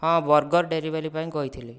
ହଁ burger delivery ପାଇଁ କହିଥିଲି